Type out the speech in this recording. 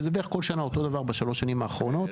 זה בערך כל שנה אותו דבר בשלוש השנים האחרונות,